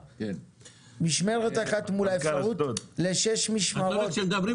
משמרת אחת מול האפשרות לשש משמרות,